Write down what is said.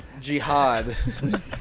Jihad